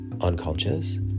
unconscious